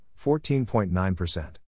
14.9%